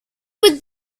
would